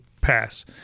pass